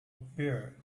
pair